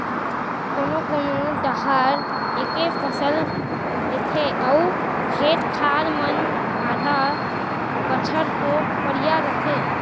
कोनो कोना डाहर एके फसल लेथे अउ खेत खार मन आधा बछर तो परिया रथें